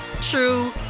true